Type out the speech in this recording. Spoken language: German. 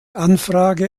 anfrage